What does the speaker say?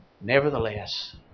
Nevertheless